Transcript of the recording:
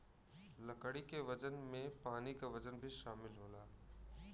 लकड़ी के वजन में पानी क वजन भी शामिल होला